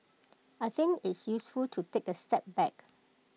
I think it's useful to take A step back